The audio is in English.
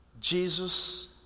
Jesus